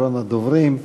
אחרון הדוברים.